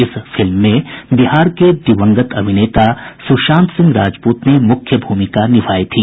इस फिल्म में बिहार के दिवंगत अभिनेता सुशांत सिंह राजपूत ने मुख्य भूमिका निभाई थी